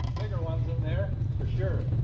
bigger ones in there for sure.